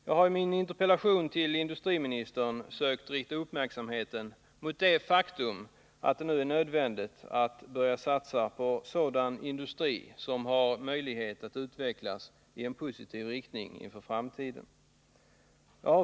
Jag har i min interpellation till industriministern sökt rikta uppmärksamheten mot det faktum att det nu är nödvändigt att börja satsa på sådan industri som har möjlighet att utvecklas i positiv riktning inför framtiden.